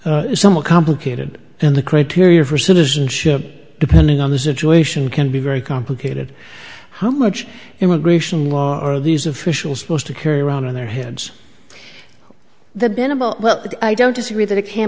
even somewhat complicated and the criteria for citizenship depending on the situation can be very complicated how much immigration law are these officials supposed to carry around in their heads the bin about well i don't disagree that it can